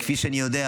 כפי שאני יודע,